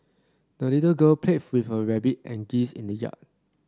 the little girl played with her rabbit and geese in the yard